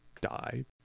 die